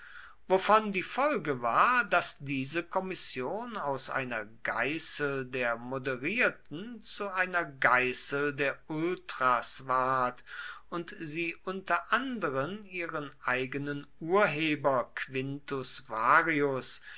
wovon die folge war daß diese kommission aus einer geißel der moderierten zu einer geißel der ultras ward und sie unter anderen ihren eigenen urheber quintus varius